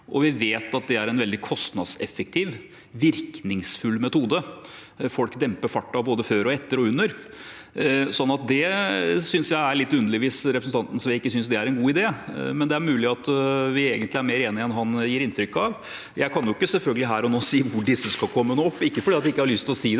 Vi vet at dette er en veldig kostnadseffektiv, virkningsfull metode – folk demper farten både før, etter og under – så jeg synes det er litt underlig hvis representanten Sve ikke synes at det er en god idé, men det er mulig at vi egentlig er mer enige enn han gir inntrykk av. Jeg kan selvfølgelig ikke her og nå si hvor disse skal komme, ikke fordi jeg ikke har lyst til å si det,